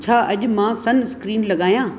छा अॼु मां सन स्क्रीन लॻायां